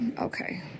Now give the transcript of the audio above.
Okay